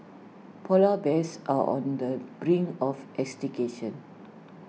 Polar Bears are on the brink of extinction